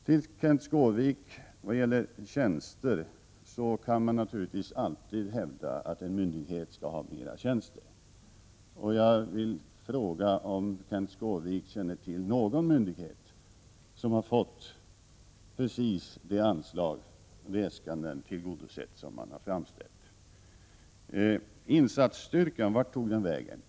Man kan naturligtvis, Kenth Skårvik, alltid hävda att en myndighet skall ha fler tjänster. Känner Kenth Skårvik till någon myndighet som har fått precis det anslag som den har äskat? Vart tog insatsstyrkan vägen?